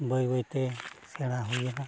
ᱵᱟᱹᱭ ᱵᱟᱹᱭᱛᱮ ᱥᱮᱬᱟ ᱦᱩᱭᱱᱟ